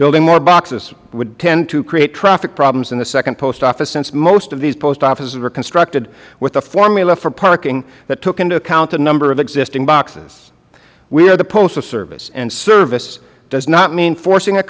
building more boxes would tend to create traffic problems in the second post office since most of these post offices were constructed with a formula for parking that took into account the number of existing boxes we are the postal service and service does not mean forcing